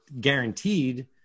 guaranteed